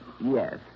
Yes